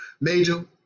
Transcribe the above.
major